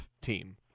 team